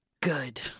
Good